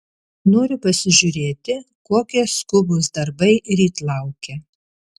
noriu pasižiūrėti kokie skubūs darbai ryt laukia